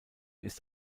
ist